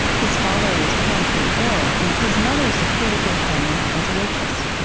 his father was chronically ill, and his mother supported their family as a waitress